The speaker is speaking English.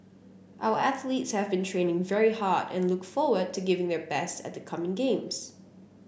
our athletes have been training very hard and look forward to giving their best at the coming games